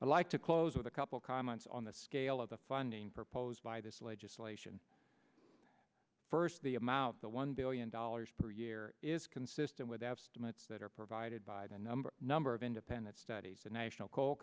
i'd like to close with a couple comments on the scale of the funding proposed by this legislation the amount the one billion dollars per year is consistent with that are provided by the number number of independent studies the national cal